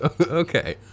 Okay